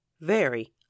Very